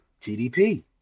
TDP